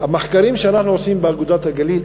המחקרים שאנחנו עושים ב"אגודת הגליל",